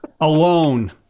alone